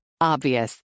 Obvious